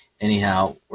anyhow